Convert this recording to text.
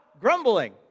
grumbling